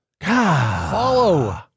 Follow